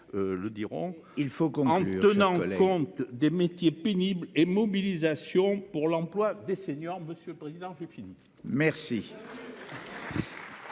qu'on en tenant compte des métiers pénibles et mobilisation pour l'emploi des seniors, monsieur le Président, je finis merci.